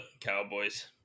Cowboys